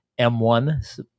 M1